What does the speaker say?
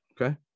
Okay